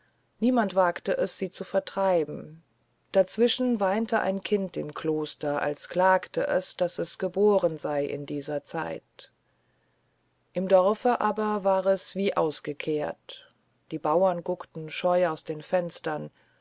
niemand wagte es sie zu vertreiben dazwischen weinte ein kind im kloster als klagte es daß es geboren in dieser zeit im dorfe aber war es wie ausgekehrt die bauern guckten scheu aus den fenstern